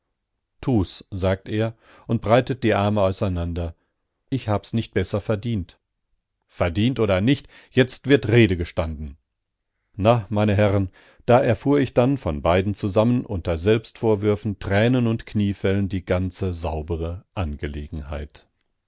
tu's sagt er und breitet die arme auseinander ich hab's nicht besser verdient verdient oder nicht jetzt wird rede gestanden na meine herren da erfuhr ich denn von beiden zusammen unter selbstvorwürfen tränen und kniefällen die ganze saubere angelegenheit